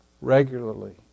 regularly